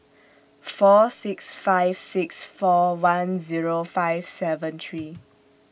four six five six four one Zero five seven three